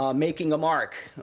um making a mark,